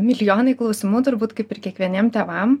milijonai klausimų turbūt kaip ir kiekvieniem tėvam